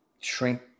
shrink